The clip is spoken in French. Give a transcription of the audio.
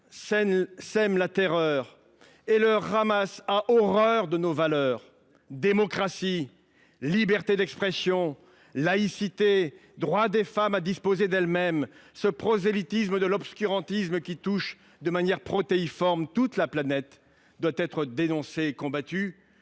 sème la terreur et il a horreur de nos valeurs : démocratie, liberté d’expression, laïcité, droit des femmes à disposer d’elles-mêmes. Ce prosélytisme de l’obscurantisme qui touche, de manière protéiforme, toute la planète doit être dénoncé et combattu.